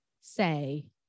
say